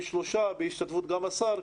שלושה בהשתתפות השר,